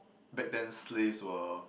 back thens slaves were